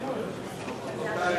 דברים,